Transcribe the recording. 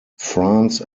france